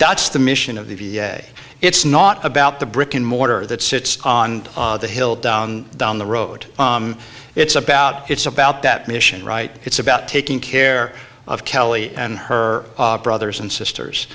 dot's the mission of the v a it's not about the brick and mortar that sits on the hill down the road it's about it's about that mission right it's about taking care of kelly and her brothers and sisters